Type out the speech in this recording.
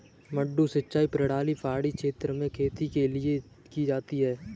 मडडू सिंचाई प्रणाली पहाड़ी क्षेत्र में खेती के लिए की जाती है